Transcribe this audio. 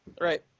right